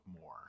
more